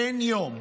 אין יום,